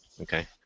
Okay